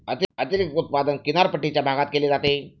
अतिरिक्त उत्पादन किनारपट्टीच्या भागात केले जाते